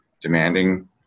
demanding